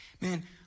Man